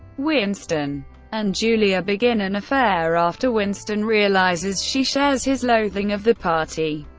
winston and julia begin an affair after winston realizes she shares his loathing of the party,